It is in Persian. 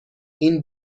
این